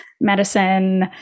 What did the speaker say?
medicine